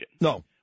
No